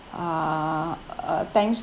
uh uh thanks